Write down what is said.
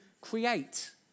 create